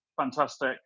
fantastic